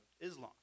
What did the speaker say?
Islam